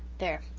there,